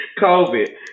COVID